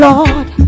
Lord